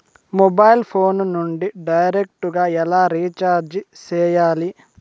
mobile phone నుండి direct గా ఎలా రీచార్జి సేయాలి